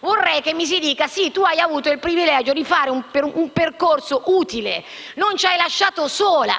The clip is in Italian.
Vorrei che mi si dica che ho avuto il privilegio di fare un percorso utile, senza mai lasciare